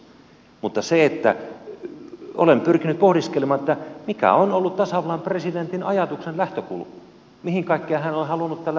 mutta olen pyrkinyt pohdiskelemaan mikä on ollut tasavallan presidentin ajatuksen lähtökohta mihin kaikkeen hän on halunnut tällä pyrkiä